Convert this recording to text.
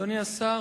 אדוני השר,